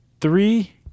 three